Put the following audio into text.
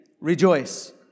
rejoice